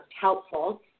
helpful